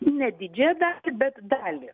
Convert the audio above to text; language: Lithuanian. ne didžiąją dalį bet dalį